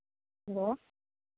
hello